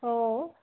অঁ